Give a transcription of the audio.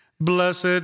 Blessed